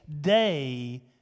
day